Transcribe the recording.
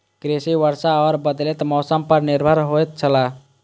कृषि वर्षा और बदलेत मौसम पर निर्भर होयत छला